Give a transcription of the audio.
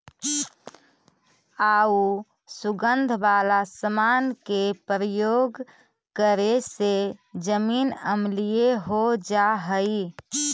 आउ सुगंध वाला समान के प्रयोग करे से जमीन अम्लीय हो जा हई